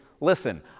Listen